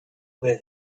where